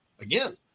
again